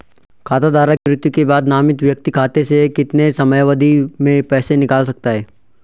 खाता धारक की मृत्यु के बाद नामित व्यक्ति खाते से कितने समयावधि में पैसे निकाल सकता है?